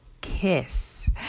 Kiss